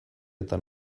eta